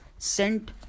Sent